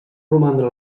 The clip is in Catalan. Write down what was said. romandre